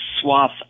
swath